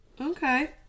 Okay